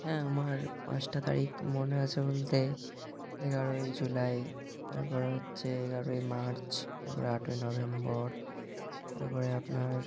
হ্যাঁ আমার পাঁচটা তারিখ মনে আছে বলতে এগারোই জুলাই তার পরে হচ্ছে এগারোই মার্চ তার পরে আটই নভেম্বর তার পরে আপনার